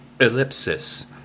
Ellipsis